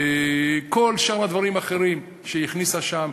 וכל שאר הדברים האחרים שהיא הכניסה שם,